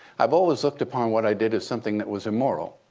i've always looked upon what i did as something that was immoral,